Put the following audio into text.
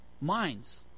minds